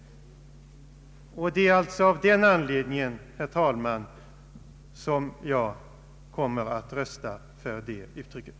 Det är av den anledningen, herr talman, som jag kommer att rösta för det uttrycket.